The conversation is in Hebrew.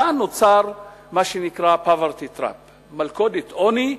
כאן נוצר מה שנקרא poverty trap, מלכודת עוני,